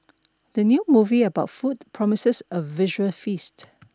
the new movie about food promises a visual feast